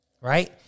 right